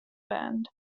band